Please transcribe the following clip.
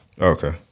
Okay